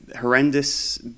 horrendous